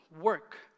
work